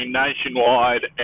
nationwide